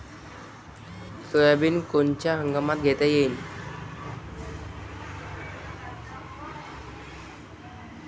Soybean कोनच्या हंगामात घेता येईन?